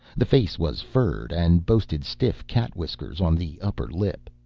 the face was furred and boasted stiff cat whiskers on the upper lip.